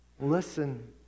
listen